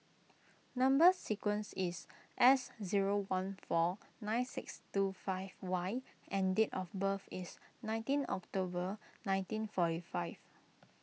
Number Sequence is S zero one four nine six two five Y and date of birth is nineteen October nineteen forty five